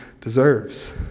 deserves